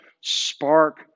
spark